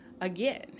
again